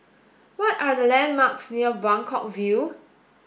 what are the landmarks near Buangkok View